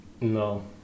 No